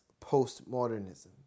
postmodernism